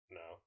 no